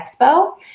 expo